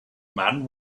man